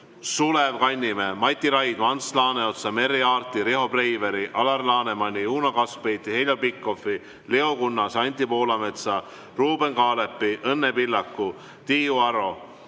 Sulev Kannimäe, Mati Raidma, Ants Laaneotsa, Merry Aarti, Riho Breiveli, Alar Lanemani, Uno Kaskpeiti, Heljo Pikhofi, Leo Kunnase, Anti Poolametsa, Ruuben Kaalepi, Õnne Pillaku, Tiiu Aro,